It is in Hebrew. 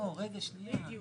לא, רגע, שנייה.